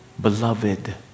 Beloved